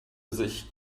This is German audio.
sich